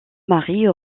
marie